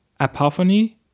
apophony